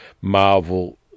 Marvel